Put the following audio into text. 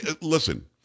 Listen